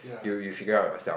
you you figure out yourself